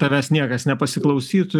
tavęs niekas nepasiklausytų